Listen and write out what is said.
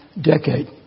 decade